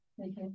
okay